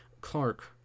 Clark